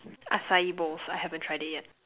acai-bowls I haven't tried it yet